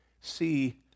see